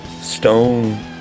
stone